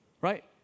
Right